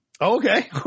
okay